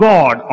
God